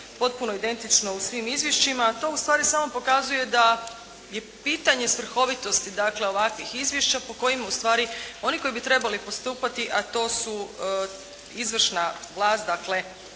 potpuno identično u svim izvješćima a to ustvari samo pokazuje da je pitanje svrhovitosti ovakvih izvješća po kojima ustvari oni koji bi trebali postupati a to su izvršna vlast dakle